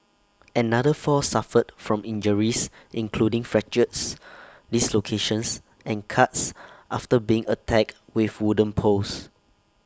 another four suffered from injuries including fractures dislocations and cuts after being attacked with wooden poles